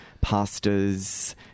pastors